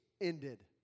ended